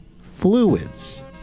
fluids